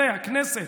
הכנסת,